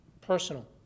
personal